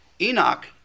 Enoch